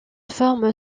forme